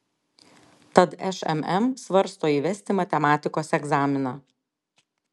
tad šmm svarsto įvesti matematikos egzaminą